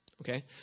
Okay